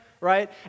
right